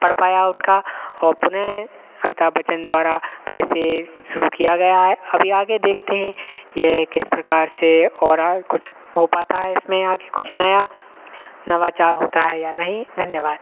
पड़ पाया उनका और पुनः अमिताभ बच्चन द्वारा फिर से शुरू किया गया है अभी आगे देखते हैं यह किस प्रकार से और आगे कुछ हो पाता है इसमें आगे कुछ नया नवाचार होता है या नहीं धन्यवाद